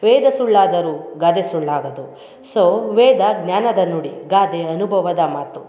ವೇದ ಸುಳ್ಳಾದರೂ ಗಾದೆ ಸುಳ್ಳಾಗದು ಸೋ ವೇದ ಜ್ಞಾನದ ನುಡಿ ಗಾದೆ ಅನುಭವದ ಮಾತು